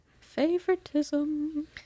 favoritism